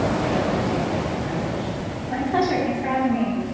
danica goldstein, thank you very much my pleasure. thanks for having me